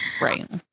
Right